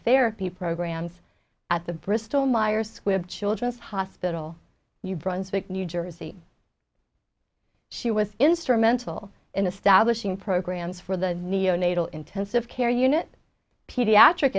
therapy programs at the bristol myers squibb children's hospital new brunswick new jersey she was instrumental in establishing programs for the neonatal intensive care unit pediatric